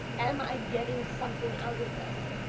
am i getting something out of this?